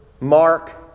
Mark